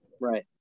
right